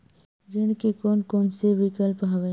ऋण के कोन कोन से विकल्प हवय?